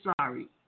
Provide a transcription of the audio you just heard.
sorry